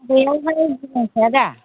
बेयावहाय जेबो नांखाया दा